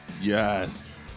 yes